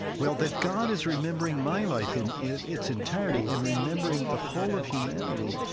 well, that god is remembering my life in its entirety and remembering the whole of humanity.